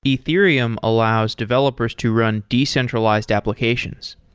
ethereum allows developers to run decentralized applications,